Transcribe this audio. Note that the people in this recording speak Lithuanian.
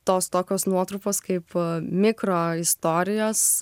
tos tokios nuotrupos kaip mikro istorijos